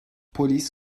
polis